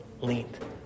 length